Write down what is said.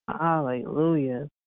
hallelujah